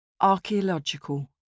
Archaeological